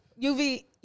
UV